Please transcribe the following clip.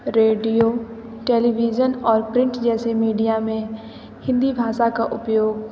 radio television और print जैसे media में हिंदी भाषा का उपयोग